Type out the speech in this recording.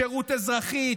שירות אזרחי,